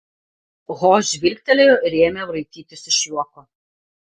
ho žvilgtelėjo ir ėmė raitytis iš juoko